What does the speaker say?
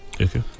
okay